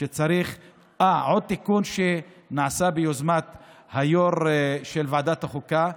עוד תיקון שנעשה ביוזמת היו"ר של ועדת החוקה,